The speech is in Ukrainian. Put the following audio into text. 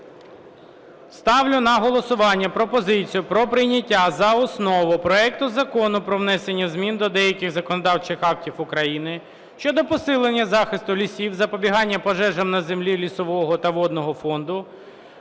Ставлю на голосування пропозицію про прийняття за основу проект Закону про внесення змін до деяких законодавчих актів України щодо посилення захисту лісів, запобігання пожежам на землі лісового та водного фонду,